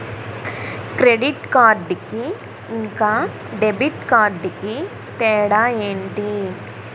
Credit card కి ఇంకా debit card కి తేడా ఏంటి?